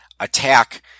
attack